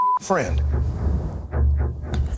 friend